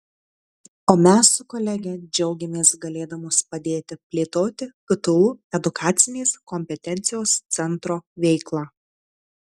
o mes su kolege džiaugiamės galėdamos padėti plėtoti ktu edukacinės kompetencijos centro veiklą